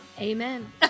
amen